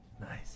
Nice